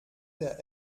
der